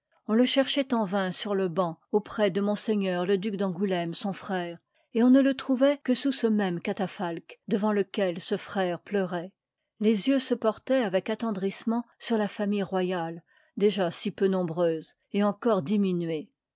on le cherchoit en vain sur le banc auprès de ms le duc d'angouléme son frère et on ne le trouvoit que sous ce même catafalque devant lequel ce frère pleuroit les yeux se porloient avec attendrissement sur la famille royale déjà si peu nombreuse et encore diminuée